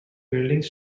buildings